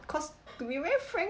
cause to be very frank